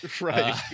Right